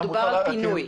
מדובר על פינוי.